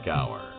Hour